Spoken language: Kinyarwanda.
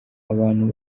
abantu